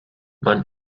man